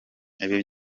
ibi